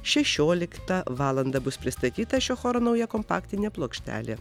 šešioliktą valandą bus pristatyta šio choro nauja kompaktinė plokštelė